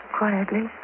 Quietly